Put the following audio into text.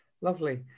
Lovely